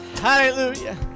Hallelujah